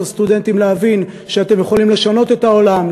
סטודנטים להבין שאתם יכולים לשנות את העולם,